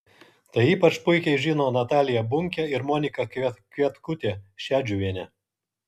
tai ypač puikiai žino natalija bunkė ir monika kvietkutė šedžiuvienė